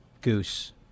goose